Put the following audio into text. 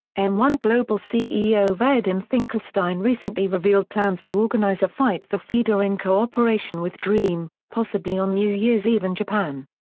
m one global ceo vadim finkelstein recently revealed plans to organize a fight for fedor in co-operation with dream, possibly on new year's eve in japan.